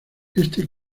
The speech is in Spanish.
este